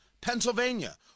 Pennsylvania